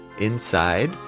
Inside